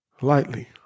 lightly